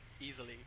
easily